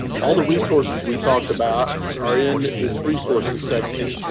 all the resources we talked about are in this resources section.